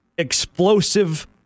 explosive